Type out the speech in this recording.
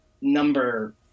number